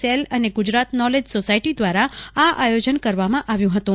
cell અને Gujarat knowledge society દ્વારા આ આયોજન કરવામાં આવ્યું હતું